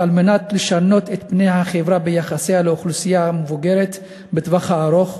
אך על מנת לשנות את פני החברה ביחסה לאוכלוסייה המבוגרת בטווח הארוך